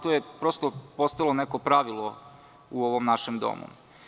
To je, prosto, postalo neko pravilo u ovom našem domu.